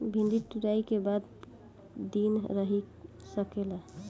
भिन्डी तुड़ायी के बाद क दिन रही सकेला?